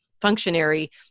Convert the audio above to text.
functionary